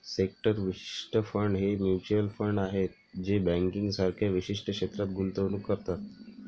sector विशिष्ट fund हे mutual fund आहेत जे बँकिंग सारख्या विशिष्ट क्षेत्रात गुंतवणूक करतात